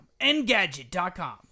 Engadget.com